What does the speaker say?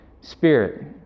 Spirit